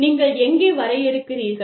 நீங்கள் எங்கே வரையறுக்கிறீர்கள்